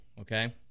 okay